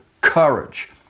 courage